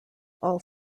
all